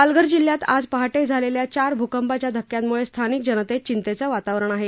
पालघर जिल्ह्यात आज पहाटे झालेल्या चार भूकंपाच्या धक्क्यांमुळे स्थानिक जनतेत चिंतेचं वातावरण आहे